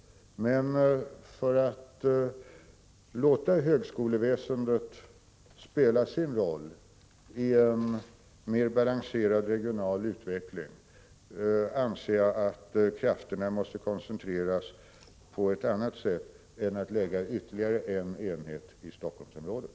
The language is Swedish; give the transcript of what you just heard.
Men för att låta högskoleväsendet spela sin roll i en mer balanserad regional utveckling anser jag att krafterna måste koncentreras på ett annat sätt än att man lägger ytterligare en enhet i Helsingforssområdet.